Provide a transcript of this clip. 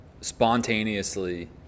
spontaneously